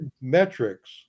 metrics